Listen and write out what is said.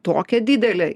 tokia didelė